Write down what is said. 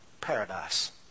Paradise